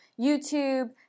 YouTube